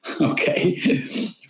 okay